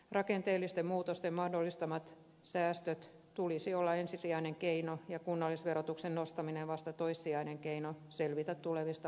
rakenteellisten muutosten mahdollistamien säästöjen tulisi olla ensisijainen keino ja kunnallisverotuksen nostamisen vasta toissijainen keino selvitä tulevista vuosista